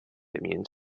immune